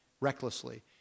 recklessly